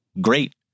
great